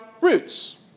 roots